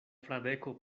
fradeko